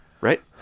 Right